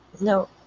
No